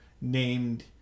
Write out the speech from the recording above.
named